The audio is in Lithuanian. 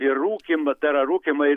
ir rūkymą tai yra rūkymą ir